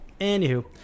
Anywho